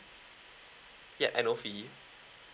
yup annual fee